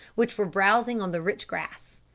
which were browsing on the rich grass.